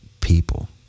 people